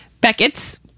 Beckett's